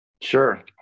Sure